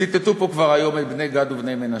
וציטטו פה כבר היום את בני גד ובני מנשה: